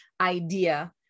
idea